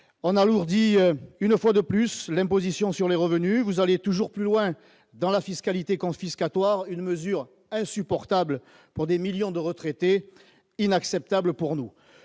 on alourdit une fois de plus, l'imposition sur les revenus, vous aller toujours plus loin dans la fiscalité confiscatoire, une mesure insupportable pour des millions de retraités inacceptable pour nous,